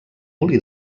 molí